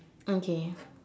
okay